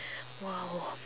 !wow!